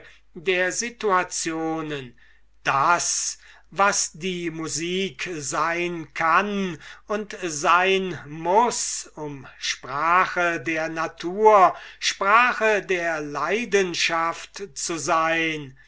der situationen das was die musik sein kann und sein muß um sprache der natur sprache der leidenschaft zu sein